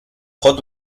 hot